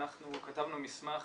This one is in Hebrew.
אנחנו כתבנו מסמך